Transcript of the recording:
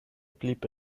blieb